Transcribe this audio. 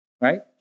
right